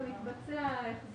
גם מתבצע החזר.